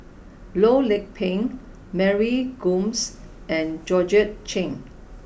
Loh Lik Peng Mary Gomes and Georgette Chen